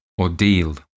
Ordeal